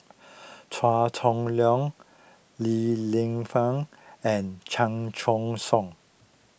Chua Chong Long Li Lienfung and Chan Choy Siong